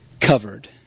covered